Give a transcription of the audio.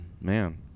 man